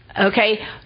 Okay